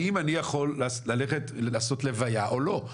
האם אני יכול ללכת ולעשות לוויה או לא?